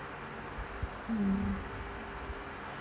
mm